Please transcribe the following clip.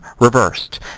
reversed